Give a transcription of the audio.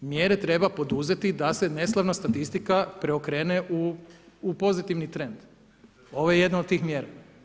Mjere treba poduzeti da se neslavna statistika preokrene u pozitivni trend, ovo je jedna od tih mjera.